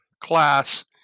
class